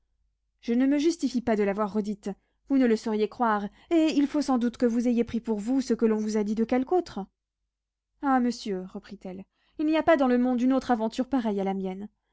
je ne me justifie pas de l'avoir redite vous ne le sauriez croire et il faut sans doute que vous ayez pris pour vous ce que l'on vous a dit de quelque autre ah monsieur reprit-elle il n'y a pas dans le monde une autre aventure pareille à la mienne